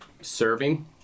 serving